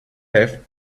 have